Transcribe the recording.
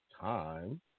time